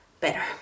better